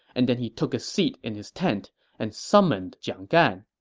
and then he took a seat in his tent and summoned jiang gan